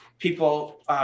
People